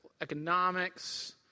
economics